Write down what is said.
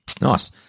Nice